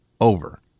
over